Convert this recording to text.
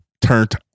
turned